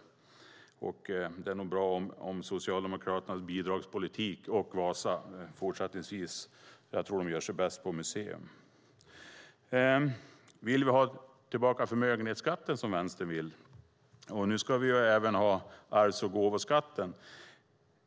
På samma sätt som det är med Vasa tror jag nog att Socialdemokraternas bidragspolitik fortsättningsvis gör sig bäst på museum. Vill vi ha tillbaka förmögenhetsskatten, såsom Vänstern vill? Och nu ska vi även ha tillbaka arvs och gåvoskatten.